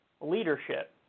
leadership